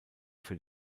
für